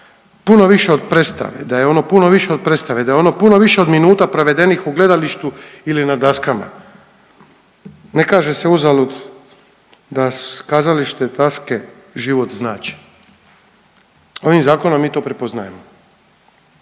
puno više od predstave, da je ono puno više minuta provedenih u gledalištu ili na daskama. Ne kaže se uzalud da kazalište daske život znače, ovim zakonom mi to prepoznajemo,